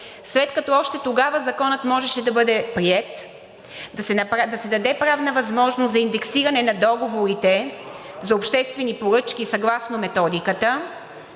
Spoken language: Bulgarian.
след като още тогава законът можеше да бъде приет, да се даде правна възможност за индексиране на договорите за обществени поръчки съгласно Методиката,